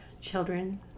children